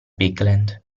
bigland